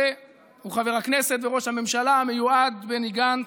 הוא חבר הכנסת וראש הממשלה המיועד בני גנץ,